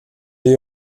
est